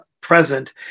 present